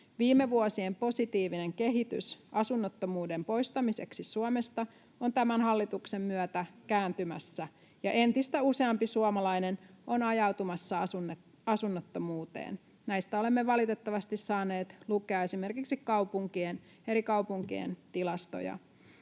Viime vuosien positiivinen kehitys asunnottomuuden poistamiseksi Suomesta on tämän hallituksen myötä kääntymässä, ja entistä useampi suomalainen on ajautumassa asunnottomuuteen. Näistä olemme valitettavasti saaneet lukea esimerkiksi eri kaupunkien tilastoja.